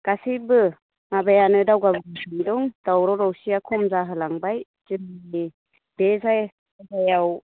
गासैबो माबायानो दावगाबोगासिनो दं दावराव दावसिया खम जाहोलांबाय जोंनि बे जायगायाव